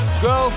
go